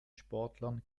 sportlern